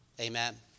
Amen